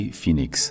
Phoenix